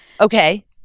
Okay